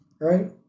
right